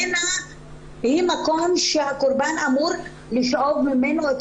מנע היא מקום שהקורבן אמור לשאוב ממנו את